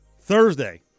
Thursday